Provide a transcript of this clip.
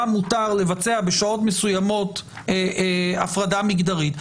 מותר לבצע בשעות מסוימות הפרדה מגדרית,